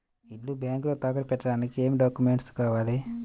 ఇల్లు బ్యాంకులో తాకట్టు పెట్టడానికి ఏమి డాక్యూమెంట్స్ కావాలి?